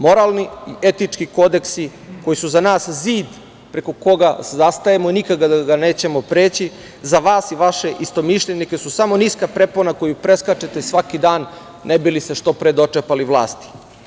Moralni i etički kodeksi koji su za nas zid preko koga zastajemo i nikada ga nećemo preći za vas i vaše istomišljenike su samo niska prepona koju preskačete svaki dan ne bi li se što pre dočepali vlasti.